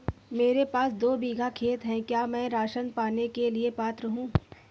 मेरे पास दो बीघा खेत है क्या मैं राशन पाने के लिए पात्र हूँ?